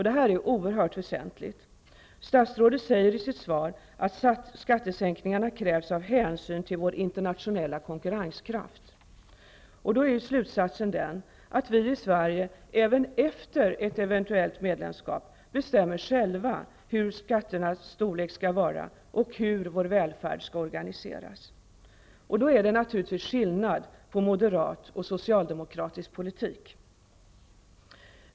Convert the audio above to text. Detta är oerhört väsentligt. Statsrådet säger i sitt svar att skattesänkningarna krävs av hänsyn till vår internationella konkurrenskraft. Slutsatsen blir då att vi i Sverige även efter ett eventuellt medlemskap själva bestämmer om skatternas storlek och hur vår välfärd skall organiseras. Här är det naturligtvis skillnad på moderat och socialdemokratisk politik.